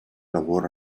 lavoro